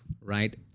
right